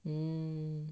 mm